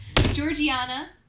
Georgiana